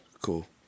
Cool